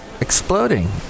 exploding